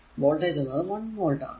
voltage എന്നത് 1 volt ആണ്